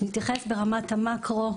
נתייחס ברמת המקרו,